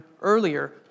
earlier